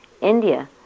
India